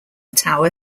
tower